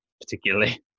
particularly